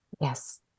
Yes